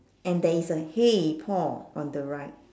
and there is a !hey! paul on the right